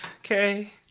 okay